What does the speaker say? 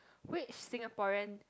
which Singaporean